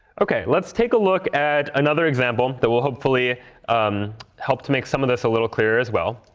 ok. let's take a look at another example that will hopefully help to make some of this a little clearer as well.